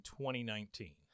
2019